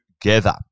together